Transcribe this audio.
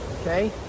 Okay